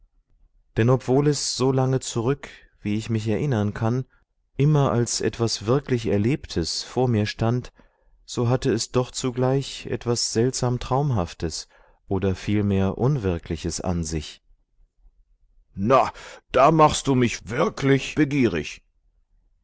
denn obwohl es so lange zurück wie ich mich erinnern kann immer als etwas wirklich erlebtes vor mir stand so hatte es doch zugleich etwas seltsam traumhaftes oder vielmehr unwirkliches an sich na da machst du mich wirklich begierig